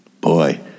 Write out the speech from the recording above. Boy